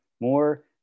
more